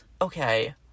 okay